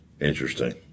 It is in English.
Interesting